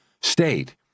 state